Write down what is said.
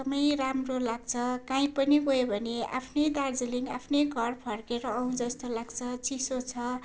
एकदमै राम्रो लाग्छ कहीँ पनि गयो भने आफ्नै दार्जिलिङ आफ्नै घर फर्केर आऊँ जस्तो लाग्छ चिसो छ